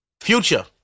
Future